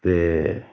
ते